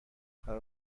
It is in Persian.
فرا